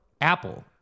Apple